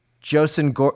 Joseph